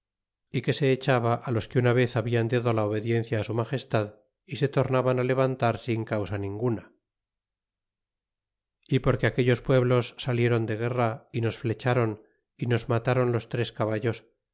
y que se echaba los que una vez hablan dado la obediencia su magestad y se tornaban levantar sin causa ninguna y porque aquellos pueblos salieron de guerra y nos flechron y nos matron los tres caballos